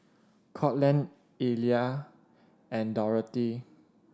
Courtland Illya and Dorathy